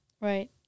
Right